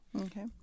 Okay